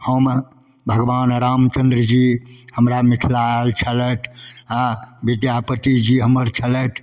हम भगवान रामचन्द्रजी हमरा मिथिला आएल छलथि हेँ आओर विद्यापतिजी हमर छलथि